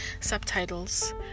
subtitles